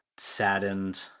Saddened